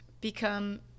become